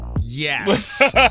Yes